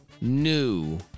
new